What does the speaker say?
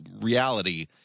reality